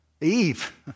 Eve